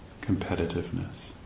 Competitiveness